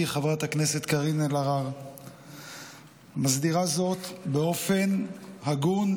חברת הכנסת קארין אלהרר מסדירה זאת באופן הגון,